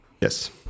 yes